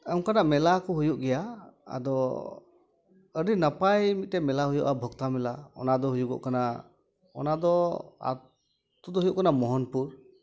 ᱚᱱᱠᱟᱱᱟᱜ ᱢᱮᱞᱟ ᱠᱚ ᱦᱩᱭᱩᱜ ᱜᱮᱭᱟ ᱟᱫᱚ ᱟᱹᱰᱤ ᱱᱟᱯᱟᱭ ᱢᱤᱫᱴᱮᱱ ᱢᱮᱞᱟ ᱦᱩᱭᱩᱜᱼᱟ ᱵᱷᱚᱠᱛᱟ ᱢᱮᱞᱟ ᱚᱱᱟ ᱫᱚ ᱦᱩᱭᱩᱜᱚᱜ ᱠᱟᱱᱟ ᱚᱱᱟ ᱫᱚ ᱟᱛ ᱟᱹᱛᱩ ᱫᱚ ᱦᱩᱭᱩᱜ ᱠᱟᱱᱟ ᱢᱳᱦᱚᱱᱯᱩᱨ